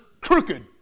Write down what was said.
crooked